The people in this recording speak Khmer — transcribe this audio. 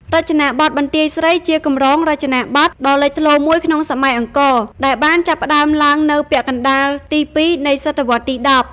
រចនាបថបន្ទាយស្រី ជាកម្រងរចនាបថដ៏លេចធ្លោមួយក្នុងសម័យអង្គរ ដែលបានចាប់ផ្ដើមឡើងនៅពាក់កណ្ដាលទី២ នៃសតវត្សរ៍ទី១០។